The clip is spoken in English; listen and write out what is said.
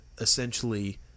essentially